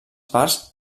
parts